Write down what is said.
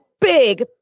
big